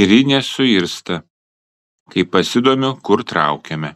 ir ji nesuirzta kai pasidomiu kur traukiame